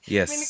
Yes